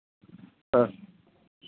ആ